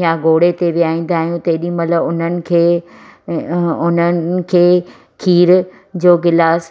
या घोड़े ते वेहरींदा आहियूं तेॾी महिल उन्हनि खे उन्हनि खे खीर जो गिलास